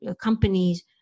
companies